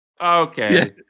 okay